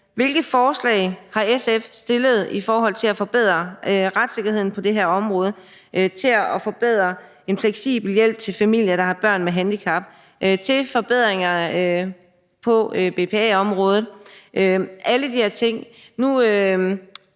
Hvilke forslag har SF stillet i forhold til at forbedre retssikkerheden på det her område, til at forbedre en fleksibel hjælp til familier, der har børn med handicap, til forbedringer i forhold til BPA-området, alle de her ting?